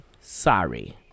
sorry